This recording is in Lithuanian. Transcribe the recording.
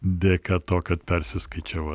dėka to kad persiskaičiavo